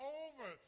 over